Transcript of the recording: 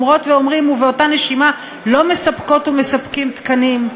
אומרות ואומרים ובאותה נשימה לא מספקות ומספקים תקנים,